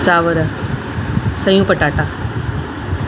चावरु सयू पटाटा